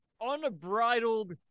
unbridled